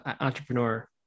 entrepreneur